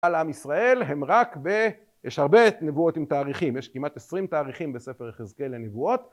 על עם ישראל הם רק ויש הרבה נבואות עם תאריכים יש כמעט עשרים תאריכים בספר יחזקאל לנבואות